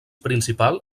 principal